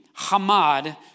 hamad